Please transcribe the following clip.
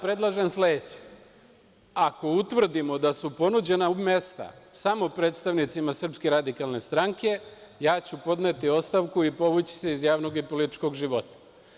Predlažem vam sledeće – ako utvrdimo da su ponuđena mesta samo predstavnicima SRS, ja ću podneti ostavku i povući se iz javnog i političkog života.